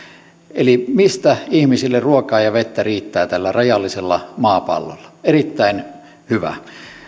eli siitä mistä ihmisille ruokaa ja vettä riittää tällä rajallisella maapallolla erittäin hyvä